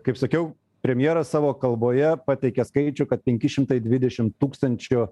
kaip sakiau premjeras savo kalboje pateikė skaičių kad penki šimtai dvidešim tūkstančių